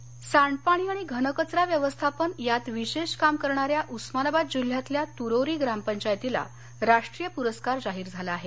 परस्कार सांडपाणी आणि घनकचरा व्यवस्थापन यात विशेष काम करणाऱ्या उस्मानाबाद जिल्ह्यातल्या तुरोरी ग्रामपंचायतीला राष्ट्रीय पुरस्कार जाहीर झाला आहे